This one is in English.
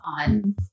on